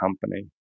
company